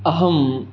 अहं